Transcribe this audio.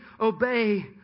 obey